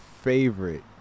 favorite